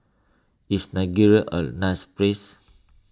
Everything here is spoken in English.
is Nigeria a nice place